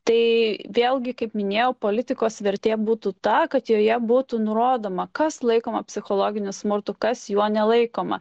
tai vėlgi kaip minėjau politikos vertė būtų ta kad joje būtų nurodoma kas laikoma psichologiniu smurtu kas juo nelaikoma